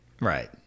Right